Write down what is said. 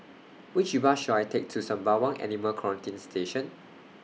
Which Bus should I Take to Sembawang Animal Quarantine Station